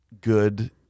good